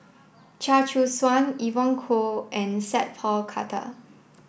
Chia Choo Suan Evon Kow and Sat Pal Khattar